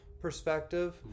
perspective